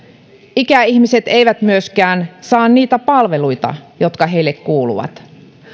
ikäihmiset eivät myöskään saa niitä palveluita jotka heille kuuluvat